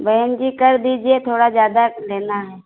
बहन जी कर दीजिए थोड़ा ज़्यादा लेना है